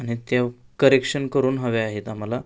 आणि ते करेक्शन करून हवे आहेत आम्हाला